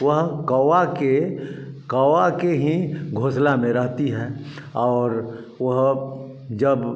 वह कौआ के कौआ के ही घोंसला में रहती है और वह जब